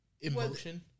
emotion